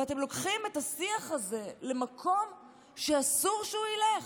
ואתם לוקחים את השיח זה למקום שאסור שהוא ילך,